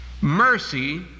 Mercy